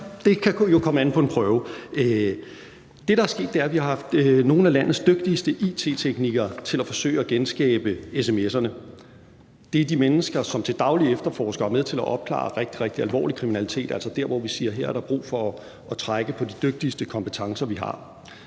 det kan jo komme an på en prøve. Det, der er sket, er, at vi har haft nogle af landets dygtigste it-teknikere til at forsøge at genskabe sms'erne. Det er de mennesker, som til daglig efterforsker og er med til at opklare rigtig, rigtig alvorlig kriminalitet, altså der, hvor vi siger, at her er der brug for at trække på de dygtigste og mest